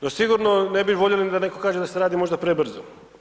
No, sigurno ne bi voljeli ni da netko kaže da se to radi možda prebrzo.